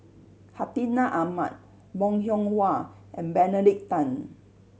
Hartinah Ahmad Bong Hiong Hwa and Benedict Tan